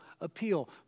appeal